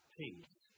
peace